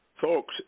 folks